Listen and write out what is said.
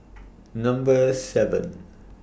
Number seven